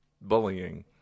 bullying